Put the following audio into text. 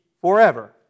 forever